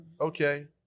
Okay